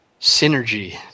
Synergy